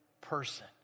person